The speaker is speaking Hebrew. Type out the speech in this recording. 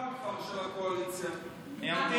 חבר הכנסת רון כץ, במילה, אין פה שר.